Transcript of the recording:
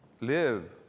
Live